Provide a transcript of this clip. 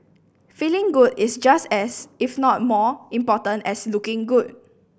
feeling good is just as if not more important as looking good